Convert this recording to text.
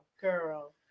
girl